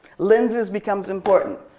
lenses becomes important.